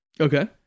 Okay